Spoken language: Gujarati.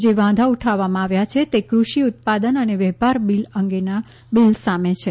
જે વાંધા ઉઠાવવામાં આવ્યા છે તે કૃષિ ઉત્પાદન અને વેપાર અંગેના બિલ સામે છે